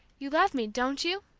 you love me, don't you?